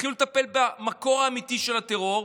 תתחילו לטפל במקור האמיתי של הטרור,